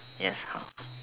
yes house